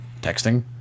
Texting